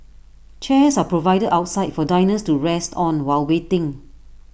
chairs are provided outside for diners to rest on while waiting